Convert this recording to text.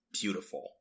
beautiful